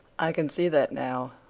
i can see that now,